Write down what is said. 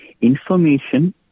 information